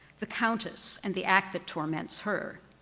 the countess and the act that torments her.